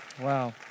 Wow